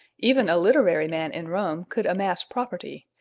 even a literary man in rome could amass property,